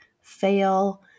fail